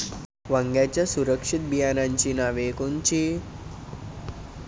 वांग्याच्या सुधारित बियाणांची नावे कोनची?